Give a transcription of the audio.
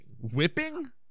Whipping